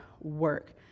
work